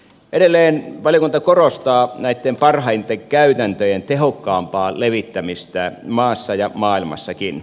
edelleen valiokunta korostaa näitten parhaiden käytäntöjen tehokkaampaa levittämistä maassa ja maailmassakin